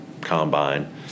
combine